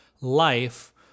life